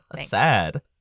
Sad